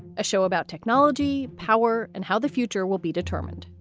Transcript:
a show about technology, power and how the future will be determined.